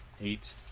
Eight